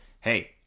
hey